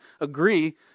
agree